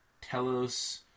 Telos